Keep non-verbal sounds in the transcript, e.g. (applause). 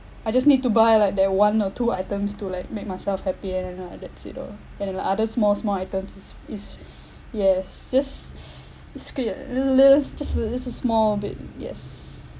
I just need to buy like that one or two items to like make myself happy and I know that's it orh and like other small small items is is yes just (breath) just skip it li~ list just a just a small bit yes